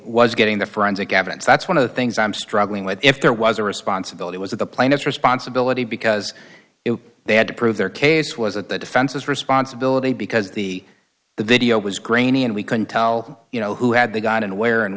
was getting the forensic evidence that's one of the things i'm struggling with if there was a responsibility was the plaintiff's responsibility because they had to prove their case wasn't the defense's responsibility because the the video was grainy and we couldn't tell you know who had the gun and where and